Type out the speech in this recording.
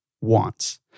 wants